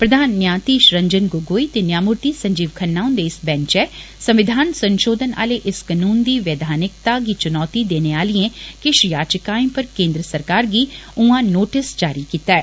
प्रधान न्यांधीष रंजन गोगोई ते न्यांमूर्ति संजीव खन्ना हुन्दे इस बैंचे संविधान संपोधन आले इस कनून दी वैद्यानिकता गी चुनौति देने आलियें किष याचिकाएं पर केन्द्र सरकार गी उयां नोटिस जारी कीता ऐ